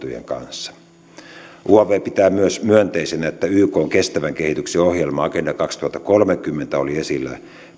yhdysvaltojen kanssa uav pitää myös myönteisenä että ykn kestävän kehityksen ohjelma agenda kaksituhattakolmekymmentä oli esillä